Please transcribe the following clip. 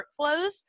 workflows